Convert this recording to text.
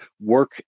work